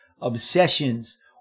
obsessions